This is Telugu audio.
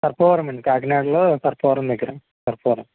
సర్పవరమండి కాకినాడలో సర్పవరం దగ్గర సర్పవరం